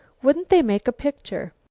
wouldn't they make a picture?